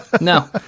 No